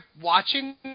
watching